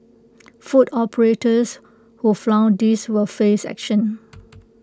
food operators who flout this will face action